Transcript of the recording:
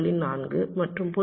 4 மற்றும் 0